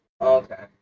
Okay